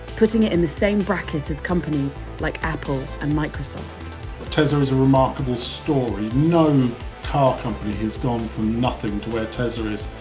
putting it in the same bracket, as companies like apple and microsoft tesla is a remarkable story, no car company has gone from nothing to where tesla is,